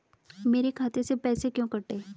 मेरे खाते से पैसे क्यों कटे?